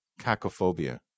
cacophobia